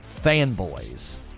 fanboys